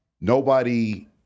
nobody-